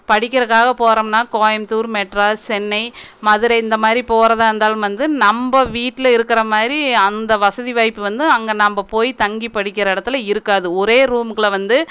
படிக்கிறக்காக போறோம்னால் கோயமுத்தூர் மெட்ராஸ் சென்னை மதுரை இந்த மாதிரி போவதா இருந்தாலும் வந்து நம்ப வீட்டில் இருக்கிற மாதிரி அந்த வசதி வாய்ப்பு வந்து அங்கே நம்ப போய் தங்கி படிக்கிற இடத்துல இருக்காது ஒரே ரூமுக்குள்ளே வந்து